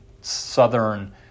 Southern